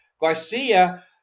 Garcia